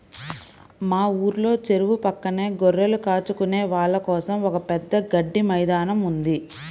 మా ఊర్లో చెరువు పక్కనే గొర్రెలు కాచుకునే వాళ్ళ కోసం ఒక పెద్ద గడ్డి మైదానం ఉంది